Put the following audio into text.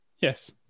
Yes